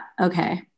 okay